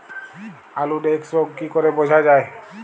আলুর এক্সরোগ কি করে বোঝা যায়?